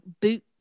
boot